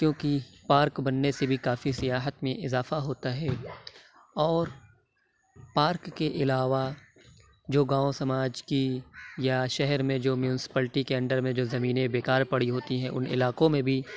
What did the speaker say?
کیوں کہ پارک بننے سے بھی کافی سیاحت میں اِضافہ ہوتا ہے اور پارک کے علاوہ جو گاؤں سماج کی یا شہر میں جو میونسپلٹی کے انڈر میں جو زمینیں بیکار پڑی ہوتی ہیں اُن علاقوں میں بھی